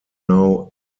now